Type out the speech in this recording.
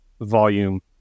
volume